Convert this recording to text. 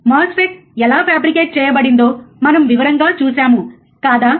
MOSFET ఎలా fabricate చేయబడిందో మనం వివరంగా చూశాము కాదా